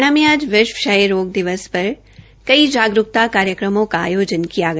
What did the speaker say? हरियाणा में आज विश्व क्षय रोग दिवस पर कई जागरूकता कार्यक्रमों का आयोजन किया गया